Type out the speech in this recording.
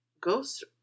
Ghost